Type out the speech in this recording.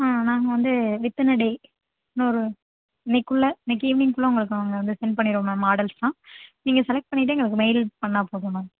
ஆ நாங்கள் வந்து within a day இன்னும் ஒரு இன்னிக்கிக்குள்ள இன்னிக்கி ஈவினிங்க்குள்ளே உங்களுக்கு நாங்கள் வந்து சென்ட் பண்ணிவிடுவோம் மேம் மாடல்ஸ்யெலாம் நீங்கள் செலக்ட் பண்ணிவிட்டு எங்களுக்கு மெயில் பண்ணிணா போதும் மேம்